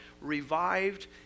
Revived